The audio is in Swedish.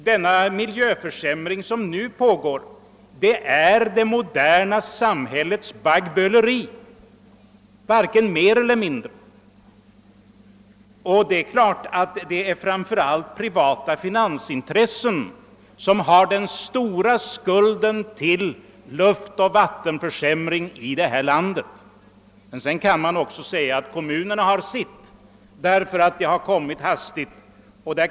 Den miljöförsämring som nu pågår är det moderna samhällets baggböleri, varken mer eller mindre. Det är privata finansintressen som har den stora skulden till luftoch vattenförsämring i detta land. Naturligtvis har också kommunerna sitt ansvar, ty utvecklingen har gått hastigt.